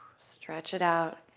stretch it out.